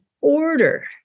order